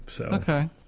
Okay